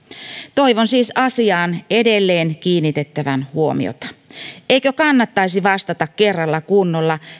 toivon siis asiaan edelleen kiinnitettävän huomiota eikö kannattaisi vastata kerralla kunnolla